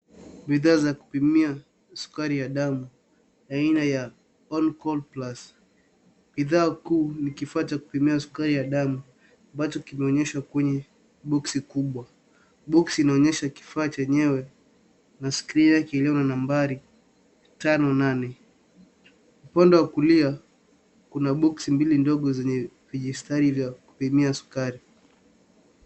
Bidhaa za kupimia sukari ya damu aina ya alcal plus . Bidhaa kuu ni kifaa cha kupimia sukari ya damu ambacho kimeonyeshwa kwenye boksi kubwa. Boksi inaonyesha kifaa chenyewe na skia ikiwa nambari tano nane. Upande wa kulia kuna boksi mbili ndogo zenye vijistari vya kupimia sukari.